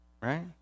right